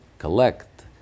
collect